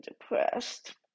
depressed